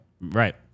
right